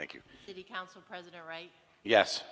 thank you city council president right yes